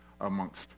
amongst